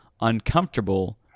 uncomfortable